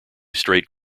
straight